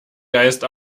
geist